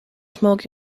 smoke